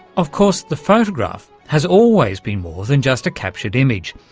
of course the photograph has always been more than just a captured image,